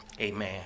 Amen